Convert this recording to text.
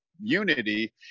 unity